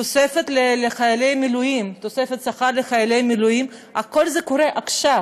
תוספת שכר לחיילי מילואים, הכול קורה עכשיו,